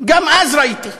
גם אז ראיתי.